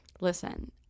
listen